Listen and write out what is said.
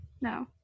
no